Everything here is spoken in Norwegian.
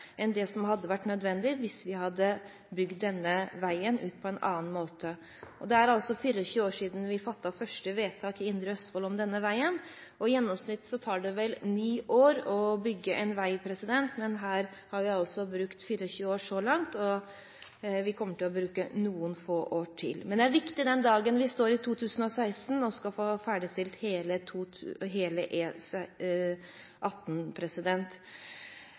enn det som hadde vært nødvendig hvis vi hadde bygd denne veien ut på en annen måte, noe som har vært framme i media. Det er altså 24 år siden vi fattet første vedtak i Indre Østfold om denne veien. I gjennomsnitt tar det vel 9 år å bygge en vei, men her har vi brukt 24 år så langt, og vi kommer til å bruke noen få år til. Men den dagen vi står i 2016 og har fått ferdigstilt hele